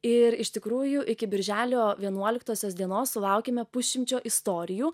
ir iš tikrųjų iki birželio vienuoliktosios dienos sulaukėme pusšimčio istorijų